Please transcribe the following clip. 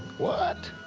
what?